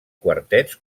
quartets